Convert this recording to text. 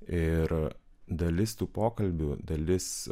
ir dalis tų pokalbių dalis